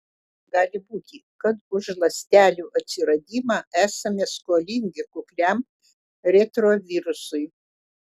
gali būti kad už ląstelių atsiradimą esame skolingi kukliam retrovirusui